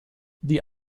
die